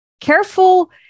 careful